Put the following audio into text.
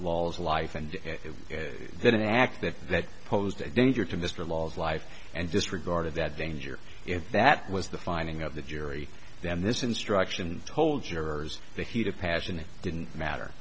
lawless life and it didn't act that that posed a danger to mr law's life and disregarded that danger if that was the finding of the jury then this instruction told jurors the heat of passion it didn't matter